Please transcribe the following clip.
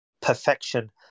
perfection